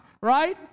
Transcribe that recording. right